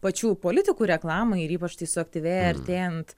pačių politikų reklamai ir ypač tai suaktyvėja artėjant